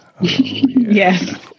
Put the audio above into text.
Yes